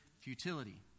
futility